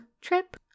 Trip